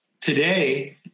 today